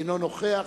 אינו נוכח,